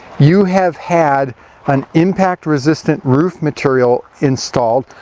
you have had an impact resistant roof material installed,